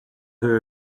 her